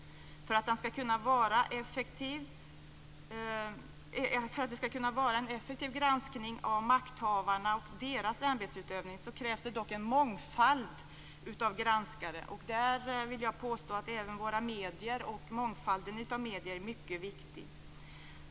För att det skall kunna vara en effektiv granskning av makthavarna och deras ämbetsutövning krävs det dock en mångfald av granskare. Jag vill påstå att även våra medier och mångfalden av medier är mycket viktiga.